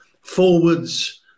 forwards